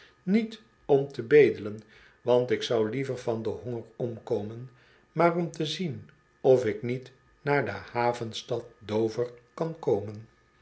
niet om te bedelen want ik zou liever van den honger omkomen maar om te zien of ik niet naar de havenstad do ver kan komen